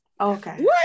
okay